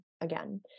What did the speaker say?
again